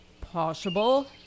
Possible